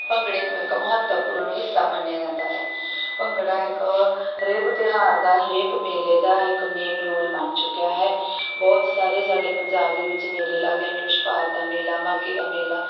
ਭੰਗੜੇ ਨੂੰ ਇੱਕ ਮਹੱਤਵਪੂਰਨ ਹਿੱਸਾ ਮੰਨਿਆ ਜਾਂਦਾ ਹੈ ਭੰਗੜਾ ਇੱਕ ਹਰੇਕ ਤਿਉਹਾਰ ਦਾ ਹਰੇਕ ਮੇਲੇ ਦਾ ਇੱਕ ਮੇਨ ਰੋਲ ਬਣ ਚੁੱਕਿਆ ਹੈ ਬਹੁਤ ਸਾਰੇ ਸਾਡੇ ਪੰਜਾਬ ਦੇ ਵਿੱਚ ਮੇਲੇ ਲੱਗਦੇ ਹਨ ਜਿਵੇਂ ਛਪਾਰ ਦਾ ਮੇਲਾ ਮਾਘੀ ਦਾ ਮੇਲਾ